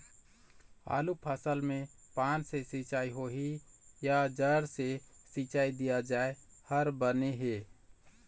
आलू फसल मे पान से सिचाई होही या जड़ से सिचाई दिया जाय हर बने हे?